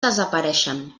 desapareixen